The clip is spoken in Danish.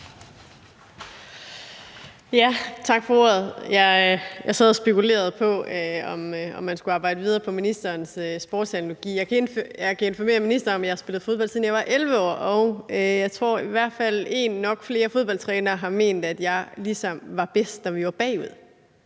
Tak for ordet. Jeg sad og spekulerede over, om man skulle arbejde videre på ministerens sportsterminologi. Jeg kan informere ministeren om, at jeg har spillet fodbold, siden jeg var 11 år, og jeg tror, at i hvert fald en og nok også flere fodboldtrænere har ment, at jeg ligesom var bedst, når vi var bagud.